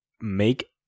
make